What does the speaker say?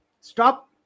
Stop